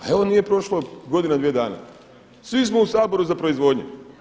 A evo nije prošla godina, dvije dana svi smo u Saboru za proizvodnju.